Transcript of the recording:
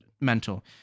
mental